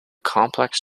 complex